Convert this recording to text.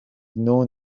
known